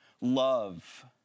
Love